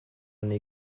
ene